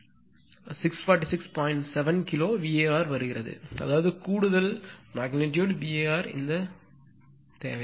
7 kilo VAr வருகிறது அதாவது கூடுதல் அளவு VAr இந்த அளவு தேவை